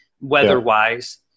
weather-wise